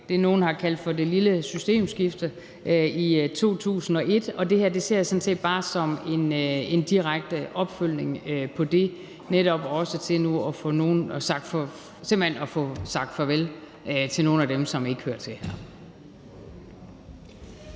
det, nogle har kaldt det lille systemskifte i 2001. Det her ser jeg sådan set bare som en direkte opfølgning på det, netop også til nu simpelt hen at få sagt farvel til nogle af dem, som ikke hører til her.